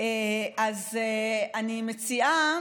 אז אני מציעה